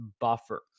buffer